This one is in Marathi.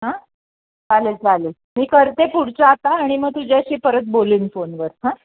हां चालेल चालेल मी करते पुढच्या आता आणि मग तुझ्याशी परत बोलेन फोनवर हं